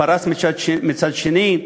פרס מצד שני,